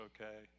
Okay